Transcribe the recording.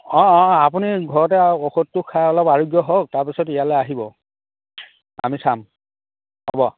অঁ অঁ আপুনি ঘৰতে ঔষধটো খাই অলপ আৰোগ্য হওক তাৰপিছত ইয়ালৈ আহিব আমি চাম হ'ব